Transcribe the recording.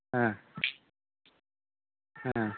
হ্যাঁ হ্যাঁ